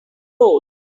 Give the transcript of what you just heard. road